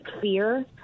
fear